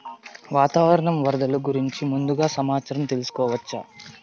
వాతావరణం వరదలు గురించి ముందుగా సమాచారం తెలుసుకోవచ్చా?